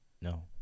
No